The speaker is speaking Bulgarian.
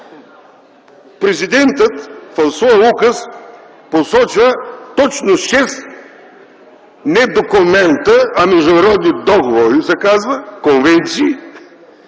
Президентът в своя указ посочва точно шест не документа, а международни договори се казва, конвенции,